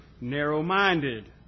narrow-minded